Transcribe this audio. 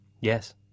Yes